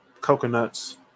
coconuts